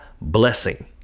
blessing